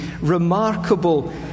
remarkable